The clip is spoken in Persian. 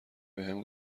بهم